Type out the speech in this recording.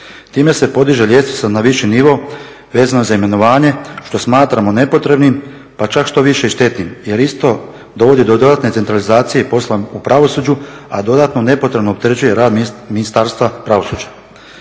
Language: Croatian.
Time se podiže ljestvica na viši nivo vezano za imenovanje što smatramo nepotrebnim, pa čak štoviše i štetnim jer isto dovodi do dodatne centralizacije poslova u pravosuđu, a dodatno nepotrebno opterećuje rad ministarstva pravosuđa.